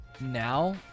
now